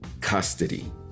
custody